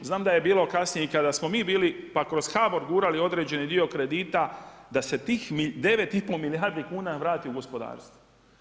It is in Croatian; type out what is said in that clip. Znam da je bilo kasnije i kada smo mi bili, pa kroz HBOR gurali određeni dio kredita, da se tih 9 i pol milijardi kuna vrati u gospodarstvo.